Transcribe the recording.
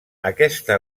aquesta